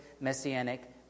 messianic